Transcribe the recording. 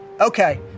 Okay